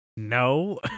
No